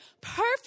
perfect